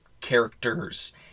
characters